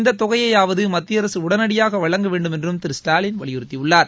இந்த தொகையையாவது மத்திய அரசு உடனடியாக வழங்க வேண்டுமென்றும் திரு ஸ்டாலின் வலியுறுத்தியுள்ளார்